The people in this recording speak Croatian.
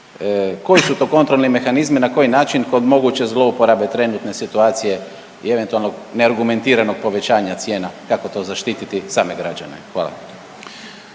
koji su to kontrolni mehanizmi i na koji način kod moguće zlouporabe trenutne situacije i eventualnog neargumentiranog povećanja cijena, kako to zaštititi same građane? Hvala.